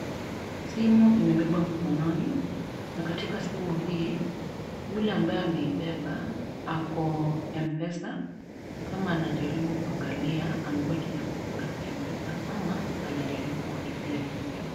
Simu imebebwa mkononi na katika simu hii yule ambaye ameibeba ako m_pesa ni kama ana angalia amebaki na pesa ngapi m_pesa ama anajaribu kulipia kitu.